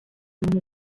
umuntu